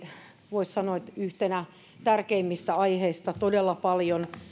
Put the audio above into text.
voisi sanoa että yhtenä tärkeimmistä aiheista todella paljon